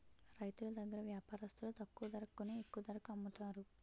రైతులు దగ్గర వ్యాపారస్తులు తక్కువ ధరకి కొని ఎక్కువ ధరకు అమ్ముతారు